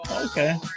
Okay